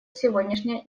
сегодняшняя